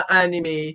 anime